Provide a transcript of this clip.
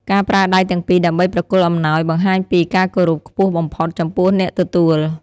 ការប្រើដៃទាំងពីរដើម្បីប្រគល់អំណោយ បង្ហាញពី ការគោរពខ្ពស់បំផុត ចំពោះអ្នកទទួល។